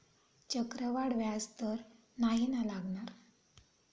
चक्रवाढ व्याज तर नाही ना लागणार?